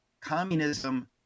communism